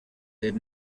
did